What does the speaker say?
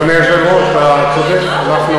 הסכם אוסלו עדיין קיים.